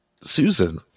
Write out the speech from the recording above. Susan